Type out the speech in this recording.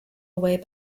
away